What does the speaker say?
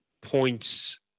points